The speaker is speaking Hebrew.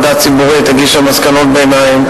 הגישה מסקנות ביניים,